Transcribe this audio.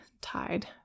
tied